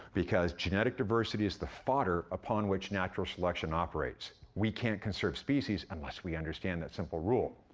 because genetic diversity is the fodder upon which natural selection operates. we can't conserve species unless we understand that simple rule.